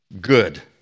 good